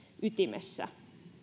ytimessä